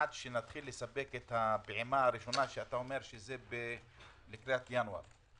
עד שנתחיל לספק את הפעימה הראשונה שאתה אומר שזה לקראת ינואר?